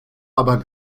aber